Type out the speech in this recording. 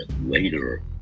later